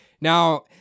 Now